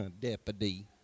deputy